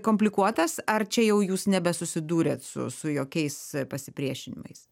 komplikuotas ar čia jau jūs nebe susidūrėt su su jokiais pasipriešinimais